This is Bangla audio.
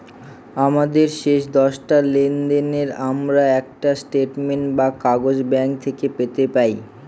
আমাদের শেষ দশটা লেনদেনের আমরা একটা স্টেটমেন্ট বা কাগজ ব্যাঙ্ক থেকে পেতে পাই